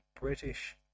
British